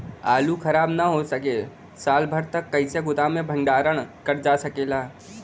आलू खराब न हो सके साल भर तक कइसे गोदाम मे भण्डारण कर जा सकेला?